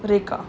rekha